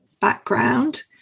background